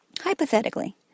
Hypothetically